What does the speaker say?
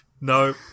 No